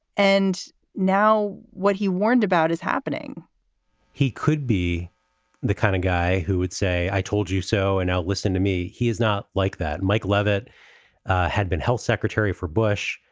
and now what he warned about is happening he could be the kind of guy who would say, i told you so. and now listen to me. he is not like that. mike leavitt had been health secretary for bush.